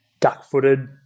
duck-footed